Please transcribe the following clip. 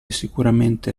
sicuramente